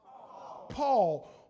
Paul